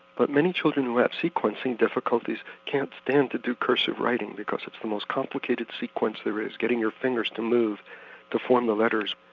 but many children who have sequencing difficulties can't stand to do cursive writing because it's the most complicated sequence there is, getting your fingers to move to form the letters.